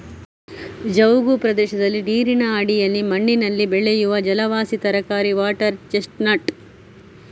ಜವುಗು ಪ್ರದೇಶದಲ್ಲಿ ನೀರಿನ ಅಡಿಯಲ್ಲಿ ಮಣ್ಣಿನಲ್ಲಿ ಬೆಳೆಯುವ ಜಲವಾಸಿ ತರಕಾರಿ ವಾಟರ್ ಚೆಸ್ಟ್ ನಟ್